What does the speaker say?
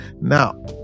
now